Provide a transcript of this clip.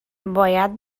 باید